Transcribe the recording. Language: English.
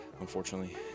unfortunately